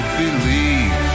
believe